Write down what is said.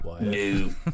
new